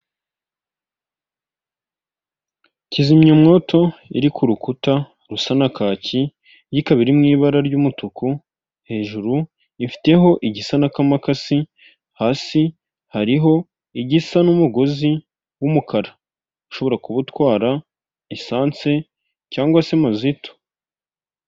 Kizimyamwoto iri ku rukuta rusa na kaki, yo ikaba iri mu ibara ry'umutuku, hejuru ifiteho igisa n'akamakasi, hasi hariho igisa n'umugozi w'umukara. Ushobora kuba utwara esanse cyangwa se mazitu.